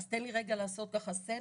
אז תן לי רגע לעשות סדר,